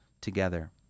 together